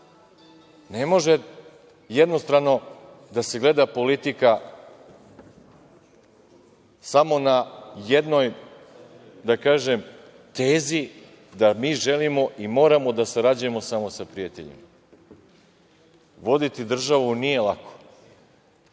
Ne može jednostrano da se gleda politika samo na jednoj, da kažem, tezi da mi želimo i moramo da sarađujemo samo sa prijateljima. Voditi državu nije lako,